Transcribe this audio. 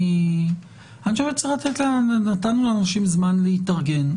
אני חושב שנתנו לאנשים זמן להתארגן.